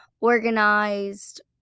organized